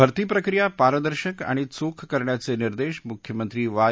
भरती प्रक्रिया पारदर्शक आणि चोख करण्याचे निर्देश मुख्यमंत्री वाय